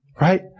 Right